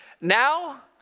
Now